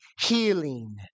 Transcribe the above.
healing